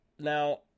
Now